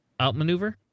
outmaneuver